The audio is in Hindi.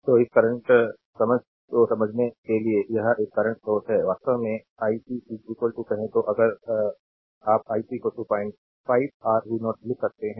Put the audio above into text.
तो इस करंट समझ को समझने के लिए यह एक करंट सोर्स है वास्तव में आईसी कहें तो अगर आप आईसी 05 आर v0 लिख सकते हैं